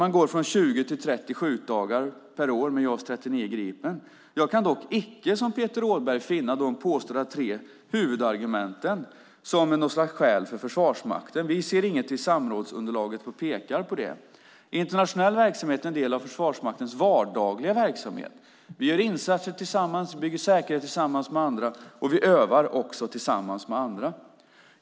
Man går från 20 till 30 skjutdagar per år med JAS 39 Gripen. Jag kan dock icke som Peter Rådberg finna de påstådda tre huvudargumenten som något slags skäl för Försvarsmakten. Vi ser inget i samrådsunderlaget som pekar på det. Internationell verksamhet är en del av Försvarsmaktens vardagliga verksamhet. Vi gör insatser, bygger säkerhet och övar också tillsammans med andra.